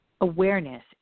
awareness